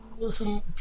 Listen